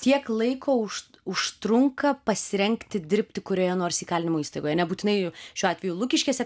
tiek laiko už užtrunka pasirengti dirbti kurioje nors įkalinimo įstaigoje nebūtinai šiuo atveju lukiškėse